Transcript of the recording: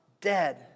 dead